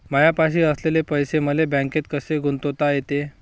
मायापाशी असलेले पैसे मले बँकेत कसे गुंतोता येते?